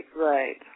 right